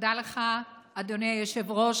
תודה לך, אדוני היושב-ראש.